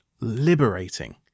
liberating